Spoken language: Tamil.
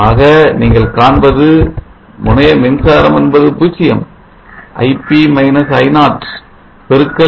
ஆக நீங்கள் காண்பது முனைய மின்சாரம் என்பது 0 Ip - I0 பெருக்கல்